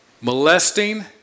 molesting